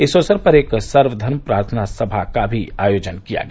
इस अवसर पर एक सर्वघर्म प्रार्थना सभा का भी आयोजन किया गया